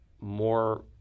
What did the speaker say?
more